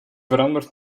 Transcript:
veranderd